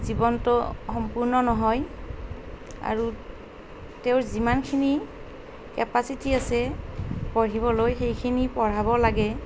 জীৱনটো সম্পূৰ্ণ নহয় আৰু তেওঁৰ যিমানখিনি কেপাচিটি আছে পঢ়িবলৈ সেইখিনি পঢ়াব লাগে